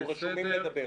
אנחנו רשומים לדבר.